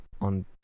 on